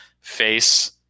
face